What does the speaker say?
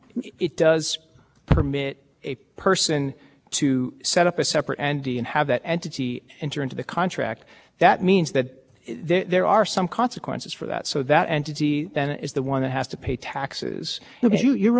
in their equal protection claim they said it's expensive you didn't say that commission said it's easy it's easy but there there are some consequences that so congress has attacked the the most dangerous possible exchange and that is